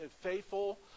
faithful